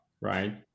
right